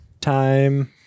time